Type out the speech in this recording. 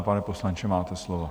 Pane poslanče, máte slovo.